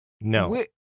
no